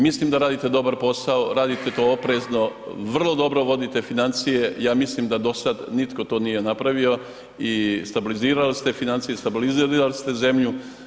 Mislim da radite dobar posao, radite to oprezno, vrlo dobro vodite financija i ja mislim da do sada nitko to nije napravio i stabilizirali ste financije, stabilizirali ste zemlju.